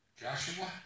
Joshua